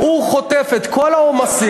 הוא חוטף את כל העומסים,